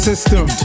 system